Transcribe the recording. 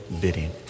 bidding